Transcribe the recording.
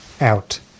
out